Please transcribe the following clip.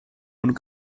und